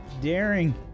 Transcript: Daring